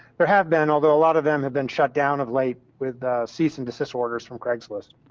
there have been, although a lot of them have been shut down of late with the cease and desist orders from craigslist.